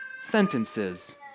sentences